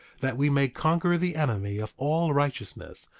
that we may conquer the enemy of all righteousness,